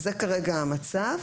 זה כרגע המצב.